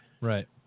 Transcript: Right